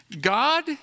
God